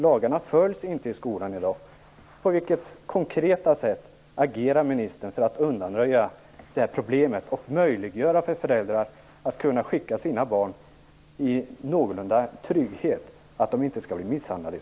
Lagarna följs inte i skolan i dag.